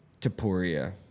Tapuria